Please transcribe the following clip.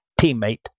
teammate